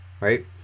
right